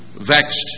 vexed